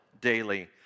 daily